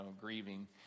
grieving